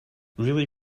really